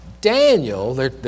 Daniel